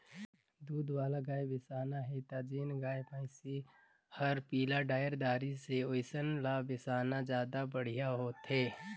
दूद वाला गाय बिसाना हे त जेन गाय, भइसी हर पिला डायर दारी से ओइसन ल बेसाना जादा बड़िहा होथे